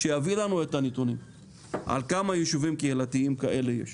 -- שיביא לנו את הנתונים על כמה יישובים קהילתיים כאלה יש,